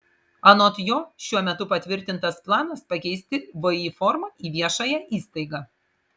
anot jo šiuo metu patvirtintas planas pakeisti vį formą į viešąją įstaigą